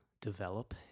develop